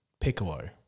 Piccolo